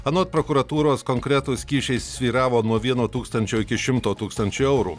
anot prokuratūros konkretūs kyšiai svyravo nuo vieno tūkstančio iki šimto tūkstančių eurų